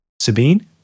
Sabine